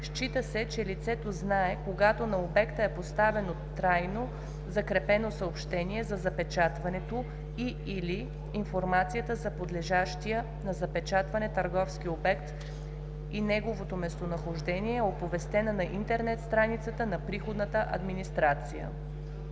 Счита се, че лицето знае, когато на обекта е поставено трайно закрепено съобщение за запечатването и/или информацията за подлежащия на запечатване търговски обект и неговото местонахождение е оповестена на интернет страницата на приходната администрация.“